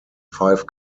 five